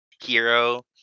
hero